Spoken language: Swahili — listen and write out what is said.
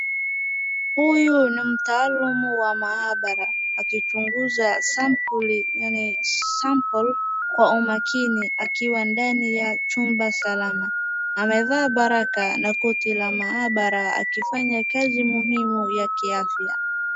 Huyu ni mtaalumu wa maabara. Akichunguza sampuli yaani [sample] kwa umakini akiwa ndani ya chumba usalama. Amevaa baraka na koti la maabara akifanya kazi muhimu ya kiafya.